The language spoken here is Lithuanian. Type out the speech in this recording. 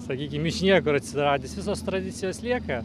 sakykim iš niekur atsiradęs visos tradicijos lieka